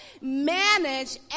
manage